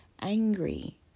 angry